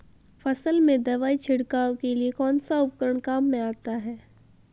फसल में दवाई छिड़काव के लिए कौनसा उपकरण काम में आता है?